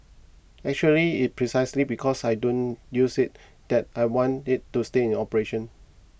actually it's precisely because I don't use it that I want it to stay in operation